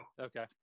Okay